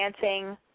dancing